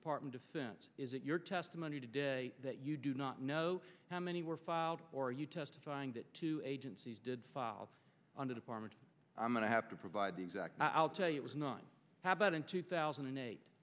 department of defense is it your testimony today that you do not know how many were filed or you testifying that two agencies did file on the department i'm going to have to provide the exact i'll tell you it was none how about in two thousand and